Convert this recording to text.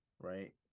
right